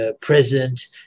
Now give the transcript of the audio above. present